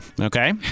Okay